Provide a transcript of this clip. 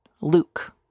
Luke